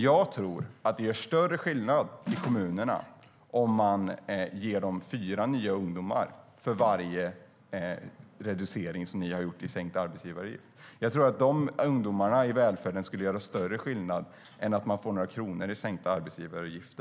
Jag tror att det gör större skillnad i kommunerna om man kan ge fyra ungdomar nya jobb för varje reducering ni har gjort i sänkt arbetsgivaravgift. De ungdomarna i välfärden skulle göra större skillnad än att få några kronor i sänkt arbetsgivaravgift.